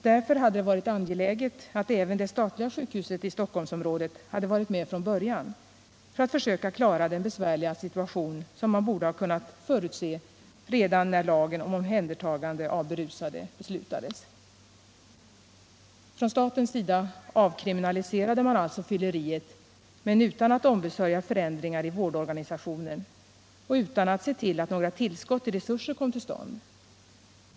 Därför hade det varit angeläget att även det statliga sjukhuset i Stockholmsområdet hade varit med från början för att försöka klara den besvärliga situation som man borde ha kunnat förutse redan när lagen om omhändertagande av berusade beslutades. Från statens sida avkriminaliserade man alltså fylleriet men utan att ombesörja förändringar i vårdorganisationen och utan att se till att några tillskott i resurser kom till stånd.